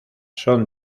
son